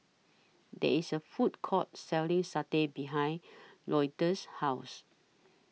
There IS A Food Court Selling Satay behind Louetta's House